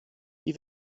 die